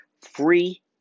free